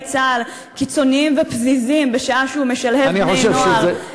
צה"ל "קיצוניים" ו"פזיזים" בשעה שהוא משלהב בני-נוער לעבריינות,